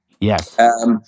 Yes